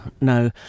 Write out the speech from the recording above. no